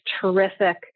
terrific